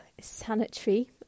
sanitary